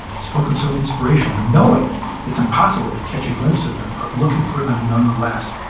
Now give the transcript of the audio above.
spoken so inspirationally, knowing it's impossible to catch a glimpse of them, but looking for them nonetheless.